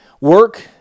Work